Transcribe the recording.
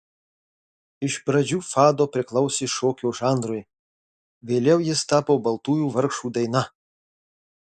iš pradžių fado priklausė šokio žanrui vėliau jis tapo baltųjų vargšų daina